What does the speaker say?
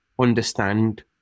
understand